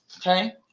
Okay